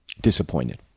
disappointed